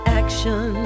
action